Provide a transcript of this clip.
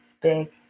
big